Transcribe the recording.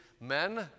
Men